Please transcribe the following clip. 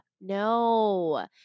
no